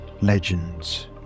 legends